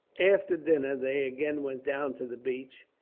after dinner they again went down to the beach,